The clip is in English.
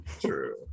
true